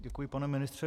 Děkuji, pane ministře.